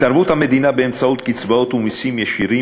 התערבות המדינה באמצעות קצבאות ומסים ישירים